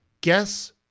guess